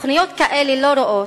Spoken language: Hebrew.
תוכניות כאלו לא רואות,